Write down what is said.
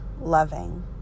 loving